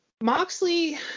Moxley